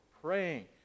praying